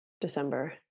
December